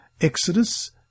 Exodus